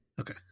Okay